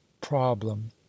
problem